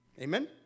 Amen